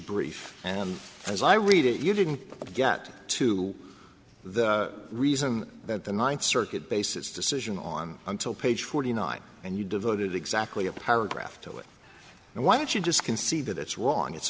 brief and as i read it you didn't get to the reason that the ninth circuit base its decision on until page forty nine and you devoted exactly a paragraph to it and why don't you just can see that it's wrong it's